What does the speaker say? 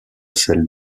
celle